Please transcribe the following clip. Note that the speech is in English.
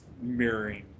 mirroring